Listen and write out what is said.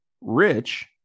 rich